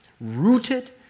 rooted